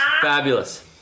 Fabulous